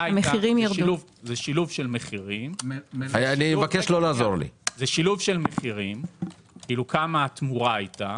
זה שילוב של מחירים, כמה הייתה התמורה.